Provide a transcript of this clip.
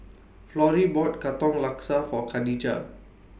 Florrie bought Katong Laksa For Khadijah